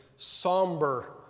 somber